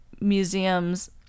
museums